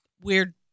weird